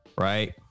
right